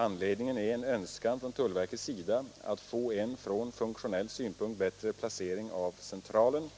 Anledningen är en önskan från tullverkets sida att få en från funktionell synpunkt bättre placering av centralen